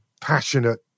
passionate